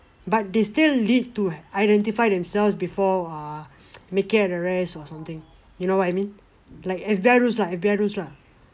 but they still need to identify themselves before what making an arrest or something you know what I mean like F_B_I rules lah F_B_I rules lah